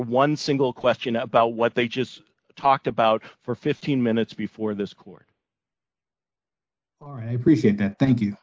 one single question about what they just talked about for fifteen minutes before this court or a brief thank you